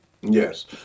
Yes